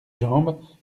jambes